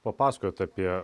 papasakojot apie